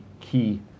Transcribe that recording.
key